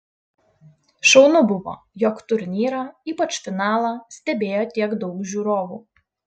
šaunu buvo jog turnyrą ypač finalą stebėjo tiek daug žiūrovų